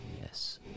Yes